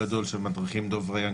יתרון נוסף הוא שהמטרה היא שהם יסתובבו